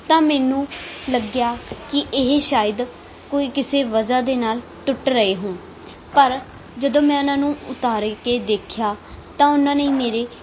ਤਾਂ ਮੈਨੂੰ ਲੱਗਿਆ ਕਿ ਇਹ ਸ਼ਾਇਦ ਕੋਈ ਕਿਸੇ ਵਜ੍ਹਾ ਦੇ ਨਾਲ ਟੁੱਟ ਰਹੇ ਹੋਣ ਪਰ ਜਦੋਂ ਮੈਂ ਉਹਨਾਂ ਨੂੰ ਉਤਾਰ ਕੇ ਦੇਖਿਆ ਤਾਂ ਉਹਨਾਂ ਨੇ ਮੇਰੇ